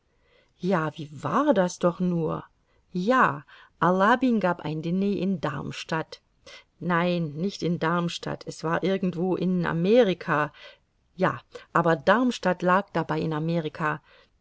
ja wie war das doch nur ja alabin gab ein diner in darmstadt nein nicht in darmstadt es war irgendwo in amerika ja aber darmstadt lag dabei in amerika